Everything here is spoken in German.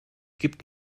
gibt